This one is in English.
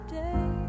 day